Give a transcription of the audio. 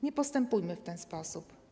Nie postępujmy w ten sposób.